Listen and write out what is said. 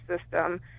system